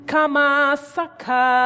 Kamasaka